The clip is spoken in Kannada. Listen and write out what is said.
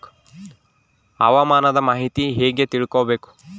ಹವಾಮಾನದ ಮಾಹಿತಿ ಹೇಗೆ ತಿಳಕೊಬೇಕು?